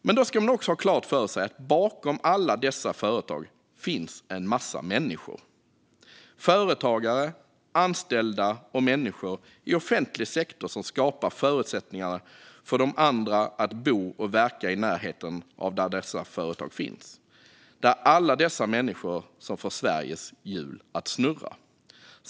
Man ska ha klart för sig att det finns en massa människor bakom alla dessa företag. Det är företagare, anställda och människor i offentlig sektor som skapar förutsättningar för de andra att bo och verka i närheten av där dessa företag finns. Det är alla dessa människor som får Sveriges hjul att snurra.